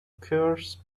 cures